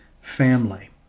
family